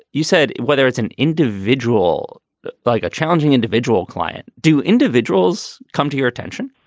you said whether it's an individual like a challenging individual client. do individuals come to your attention?